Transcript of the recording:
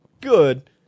good